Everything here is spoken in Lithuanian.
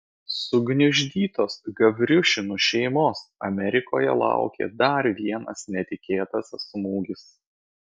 sugniuždytos gavriušinų šeimos amerikoje laukė dar vienas netikėtas smūgis